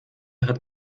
hat